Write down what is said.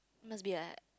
must be